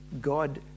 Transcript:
God